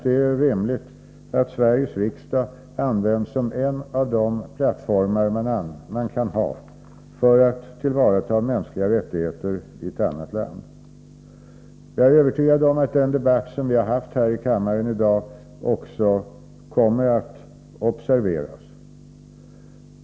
Det är rimligt att Sveriges riksdag används som en av de plattformer som man kan ha för att tillvarata mänskliga rättigheter i ett annat land. Jag är övertygad om att den debatt som vi fört här i kammaren i dag också kommer att observeras.